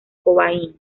cobain